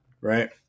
Right